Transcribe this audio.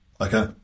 Okay